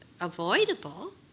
avoidable